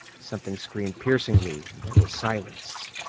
something screamed piercingly and then was silenced.